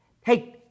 Hey